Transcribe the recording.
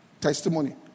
Testimony